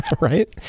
Right